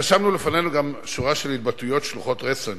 רשמנו לפנינו גם שורה של התבטאויות שלוחות רסן